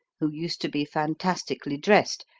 who used to be fantastically dressed,